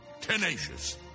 tenacious